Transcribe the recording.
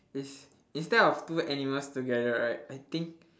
ins~ instead of two animals together right I think